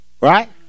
right